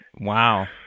Wow